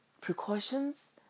precautions